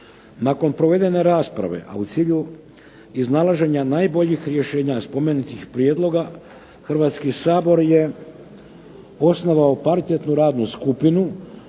Nakon provedene rasprave a u cilju iznalaženja najboljih rješenja spomenutih prijedloga Hrvatski sabor je osnovao paritetnu radnu skupinu